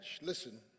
listen